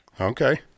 okay